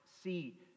see